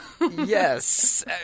Yes